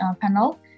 panel